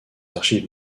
archives